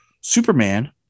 Superman